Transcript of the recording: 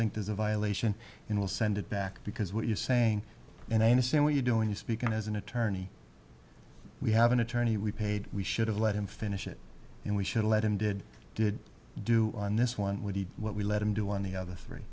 think there's a violation in we'll send it back because what you're saying and i understand what you're doing is speaking as an attorney we have an attorney we paid we should have let him finish it and we should let him did did do on this one we did what we let him do on the other three